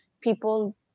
people